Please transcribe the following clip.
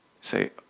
Say